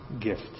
gift